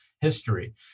history